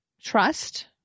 trust